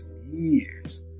years